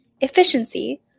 efficiency